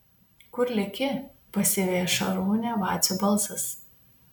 kur leki pasiveja šarūnę vacio balsas